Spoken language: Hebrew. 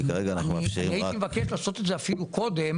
כי כרגע אנחנו --- הייתי מבקש לעשות את זה אפילו קודם